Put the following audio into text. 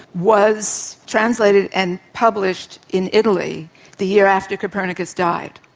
was translated and published in italy the year after copernicus died.